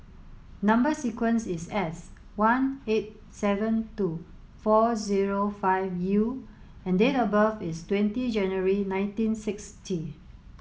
number sequence is S one eight seven two four zero five U and date of birth is twenty January nineteen sixty